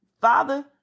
Father